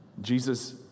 Jesus